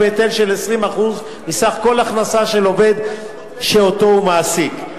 בהיטל של 20% מסך כל הכנסה של עובד שאותו הוא מעסיק.